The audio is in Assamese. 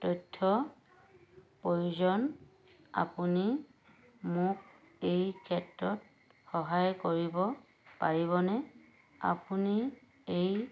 তথ্যৰ প্ৰয়োজন আপুনি মোক এই ক্ষেত্ৰত সহায় কৰিব পাৰিবনে আপুনি এই